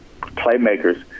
playmakers